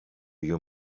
you